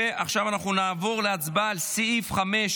עכשיו נעבור להצבעה על סעיף 5,